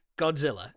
Godzilla